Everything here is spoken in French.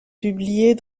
publiés